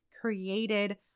created